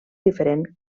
diferent